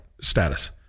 status